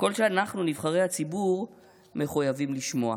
קול שאנחנו, נבחרי הציבור, מחויבים לשמוע.